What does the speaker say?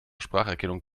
spracherkennung